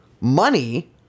money